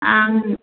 आं